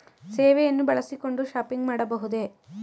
ಸೇವೆಯನ್ನು ಬಳಸಿಕೊಂಡು ಶಾಪಿಂಗ್ ಮಾಡಬಹುದೇ?